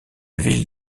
ville